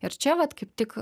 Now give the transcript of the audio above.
ir čia vat kaip tik